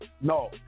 no